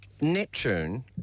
Neptune